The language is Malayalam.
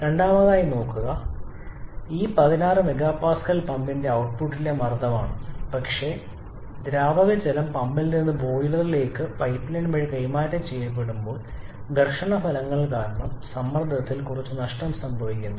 രണ്ടാമതായി നോക്കുക ഈ 16 MPa പമ്പിന്റെ ഔട്ട്ലെറ്റിലെ മർദ്ദമാണ് പക്ഷേ ദ്രാവക ജലം പമ്പിൽ നിന്ന് ബോയിലറിലേക്ക് പൈപ്പ്ലൈൻ വഴി കൈമാറ്റം ചെയ്യപ്പെടുമ്പോൾ ഘർഷണ ഫലങ്ങൾ കാരണം സമ്മർദ്ദത്തിൽ കുറച്ച് നഷ്ടം സംഭവിക്കുന്നു